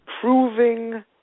proving